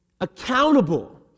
accountable